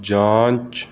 ਜਾਂਚ